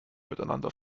miteinander